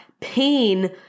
pain